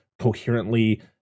coherently